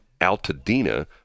Altadena